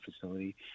facility